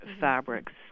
fabrics